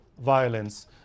violence